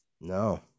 No